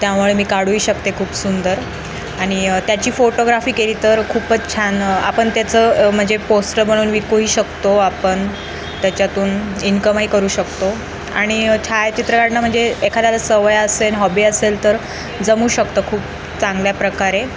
त्यामुळे मी काढूही शकते खूप सुंदर आणि त्याची फोटोग्राफी केली तर खूपच छान आपण त्याचं म्हणजे पोस्टर बनून विकूही शकतो आपण त्याच्यातून इन्कमही करू शकतो आणि छायाचित्र काढणं म्हणजे एखाद्याला सवय असेन हॉबी असेल तर जमू शकतं खूप चांगल्या प्रकारे